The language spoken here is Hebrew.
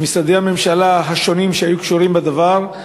ומשרדי הממשלה השונים שהיו קשורים בדבר,